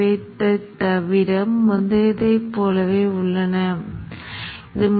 நீங்கள் உருவகப்படுத்துதல் நேரத்தை குறைக்கும் முறைகளை நான் பிறகு கூறுகிறேன்